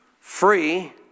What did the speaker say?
free